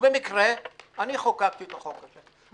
ובמקרה אני חוקקתי את החוק הזה.